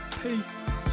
peace